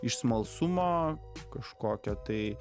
iš smalsumo kažkokio tai